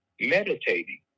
meditating